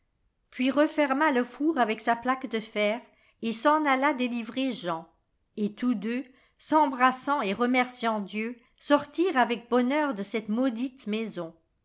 puis referma le four avec sa plaque de fer et s'en alla délivrer jean et tous deux s'embrassant et l'arbre de noël remerciant dieu sortirent avec bonheur de cette maudite maison